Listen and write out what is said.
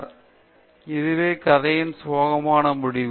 எனவே இது கதையின் சோகமான முடிவு